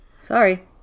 Sorry